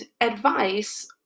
advice